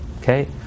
Okay